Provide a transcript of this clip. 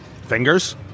fingers